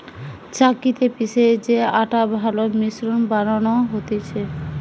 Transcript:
চাক্কিতে পিষে যে আটা ভালো মসৃণ বানানো হতিছে